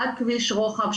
אחד כביש רוחב,